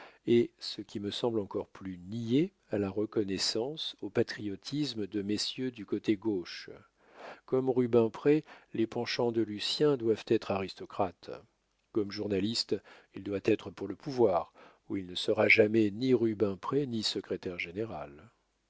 et ce qui me semble encore plus niais à la reconnaissance au patriotisme de messieurs du côté gauche comme rubempré les penchants de lucien doivent être aristocrates comme journaliste il doit être pour le pouvoir ou il ne sera jamais ni rubempré ni secrétaire général